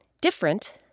different